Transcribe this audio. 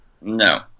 No